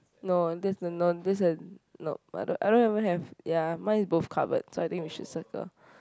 no that's a non that's a nope I don't I don't even have ya mine is both cupboard so I think you should circle